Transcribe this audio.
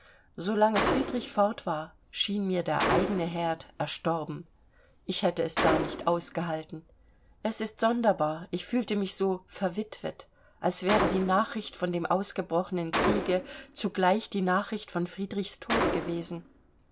lange friedrich fort war schien mir der eigene herd erstorben ich hätte es da nicht ausgehalten es ist sonderbar ich fühlte mich so verwitwet als wäre die nachricht von dem ausgebrochenen kriege zugleich die nachricht von friedrichs tod gewesen